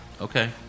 Okay